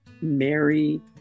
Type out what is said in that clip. Mary